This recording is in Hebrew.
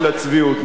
מצטער.